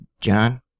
John